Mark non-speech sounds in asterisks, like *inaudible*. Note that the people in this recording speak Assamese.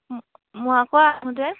*unintelligible*